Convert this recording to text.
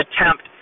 attempt